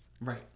Right